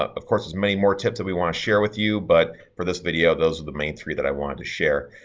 of course there's many more tips that we want to share with you, but for this video, those are the main three that i wanted to share.